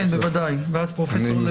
כן, בוודאי, ואז פרופ' לוין.